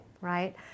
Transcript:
right